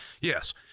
Yes